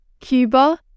Cuba